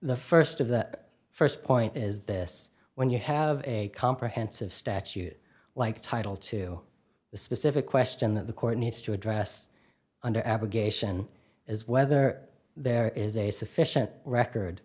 the st of the st point is this when you have a comprehensive statute like title to the specific question that the court needs to address under abrogation is whether there is a sufficient record